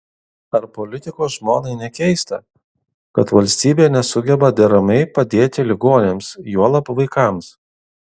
ar politiko žmonai nekeista kad valstybė nesugeba deramai padėti ligoniams juolab vaikams